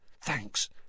Thanks